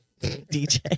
DJ